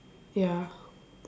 ya